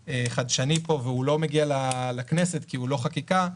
חדשני פה והוא לא מגיע לכנסת כי הוא לא חקיקה,